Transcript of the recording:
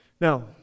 Now